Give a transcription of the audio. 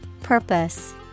Purpose